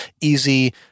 easy